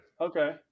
Okay